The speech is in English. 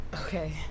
Okay